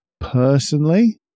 personally